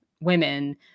women